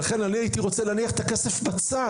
ולכן אני הייתי רוצה להניח את הכסף בצד,